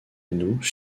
nous